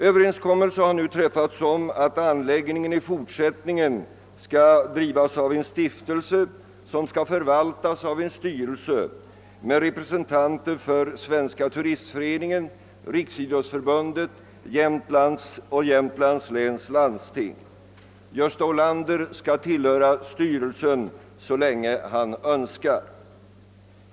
Överenskommelse har nu träffats om att anläggningen i fortsättningen skall drivas och förvaltas av en stiftelse med representanter för Svenska turistför .eningen, Riksidrottsförbundet och Jämtlands läns landsting. Gösta Olander skall tillhöra styrelsen så länge han önskar.